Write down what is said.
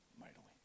mightily